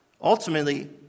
ultimately